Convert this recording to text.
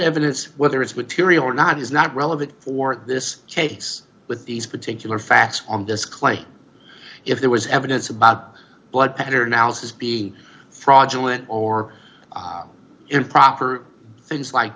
evidence whether it's material or not is not relevant for this case with these particular facts on this claim if there was evidence about blood pattern analysis being fraudulent or improper things like